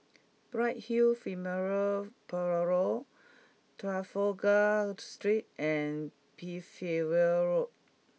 Bright Hill Funeral Parlour Trafalgar Street and Percival Road